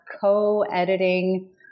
co-editing